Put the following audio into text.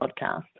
podcast